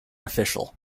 official